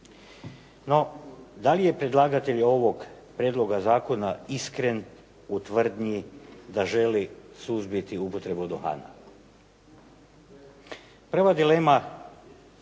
No, da li je predlagatelj ovog prijedloga zakona iskren u tvrdnji da želi suzbiti upotrebu duhana? Prva dilema